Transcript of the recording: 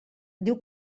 diu